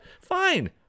fine